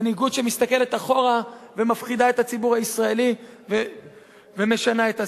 מנהיגות שמסתכלת אחורה ומפחידה את הציבור הישראלי ומשנה את השיח.